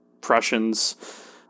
Prussians